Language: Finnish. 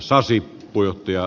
arvoisa puhemies